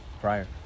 prior